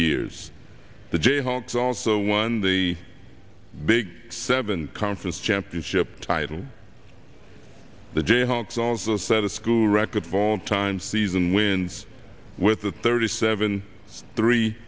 years the jayhawks also won the big seven conference championship title the jayhawks also set a school record of all time season wins with a thirty seven three